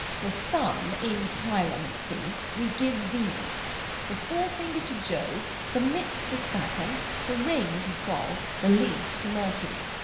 the thumb, in chiromancy, we give venus the fore-finger, to jove the midst, to saturn the ring, to sol the least, to mercury,